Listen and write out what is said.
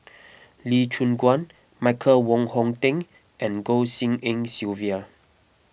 Lee Choon Guan Michael Wong Hong Teng and Goh Tshin En Sylvia